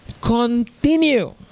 continue